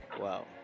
Wow